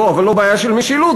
אבל לא בעיה של משילות,